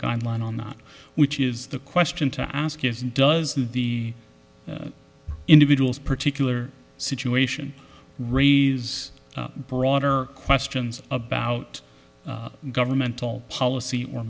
guideline on not which is the question to ask is does the individual's particular situation raise broader questions about governmental policy or